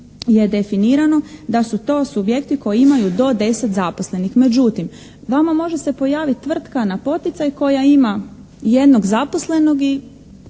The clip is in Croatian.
je definirano da su to subjekti koji imaju do deset zaposlenih. Međutim, vama može se pojaviti tvrtka na poticaj koja ima jednog zaposlenog i